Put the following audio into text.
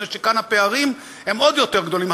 מפני שכאן הפערים הם עוד יותר גדולים,